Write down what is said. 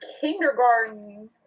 kindergarten